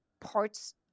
parts